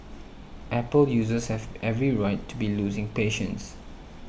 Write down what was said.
Apple users have every right to be losing patience